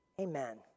amen